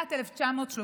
בשנת 1933,